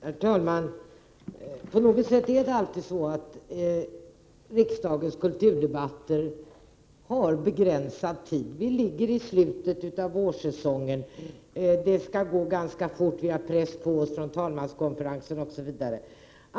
Herr talman! På något sätt är det alltid så att riksdagens kulturdebatter har begränsad tid. De infaller i slutet av vårsessionen. De skall gå ganska fort, och vi har press på oss från talmanskonferensen, osv.